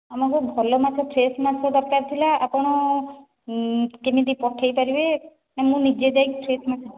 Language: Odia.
ଆମକୁ ଭଲ ମାଛ ଫ୍ରେସ୍ ମାଛ ଦରକାର ଥିଲା ଆପଣ କେମିତି ପଠାଇପାରିବେ ନା ମୁଁ ନିଜେ ଯାଇକି ଫ୍ରେସ୍ ମାଛ